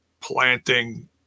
planting